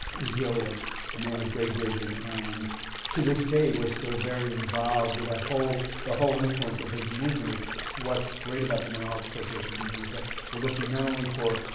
he was really a man of great vision. and to this day, we're still very involved with that whole the whole influence of his movement is what's great about the mental health association movement, is that we're looking not only for,